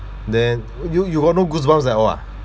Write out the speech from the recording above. then you you got no goosebumps at all ah